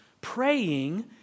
praying